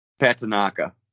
Patanaka